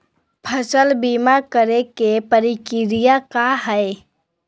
फसल बीमा करे के प्रक्रिया का हई?